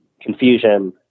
confusion